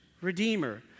Redeemer